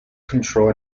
control